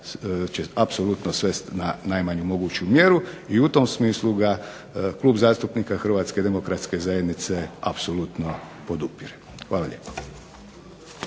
apsolutno svest na najmanju moguću mjeru. I u tom smislu ga Klub zastupnika Hrvatske demokratske zajednice apsolutno podupire. Hvala lijepo.